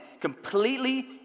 completely